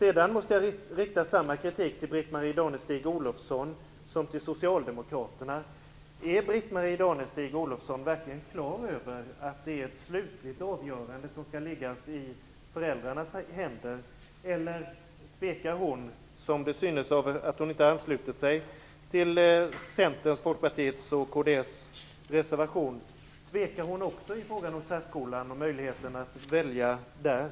Jag måste rikta samma kritik till Britt-Marie Danestig-Olofsson som till socialdemokraterna. Är Britt Marie Danestig-Olofssons mening att det är ett slutligt avgörande som skall läggas i föräldrarnas händer? Eller tvekar hon - det verkar så eftersom hon inte har anslutit sig till reservationen från Centern, Folkpartiet och kds - i frågan om särskolan och möjligheten att välja där?